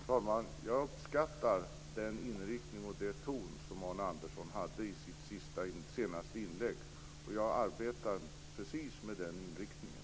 Herr talman! Jag uppskattar inriktningen och tonen i Arne Anderssons senaste inlägg, och jag arbetar precis med den inriktningen.